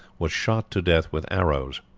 was shot to death with arrows.